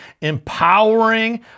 empowering